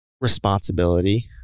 responsibility